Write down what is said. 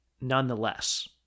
nonetheless